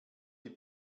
die